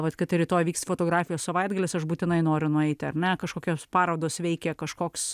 vat kad ir rytoj vyks fotografijos savaitgalis aš būtinai noriu nueiti ar ne kažkokios parodos veikia kažkoks